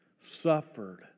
suffered